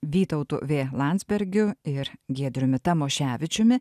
vytautu v landsbergiu ir giedriumi tamoševičiumi